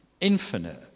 infinite